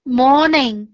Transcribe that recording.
morning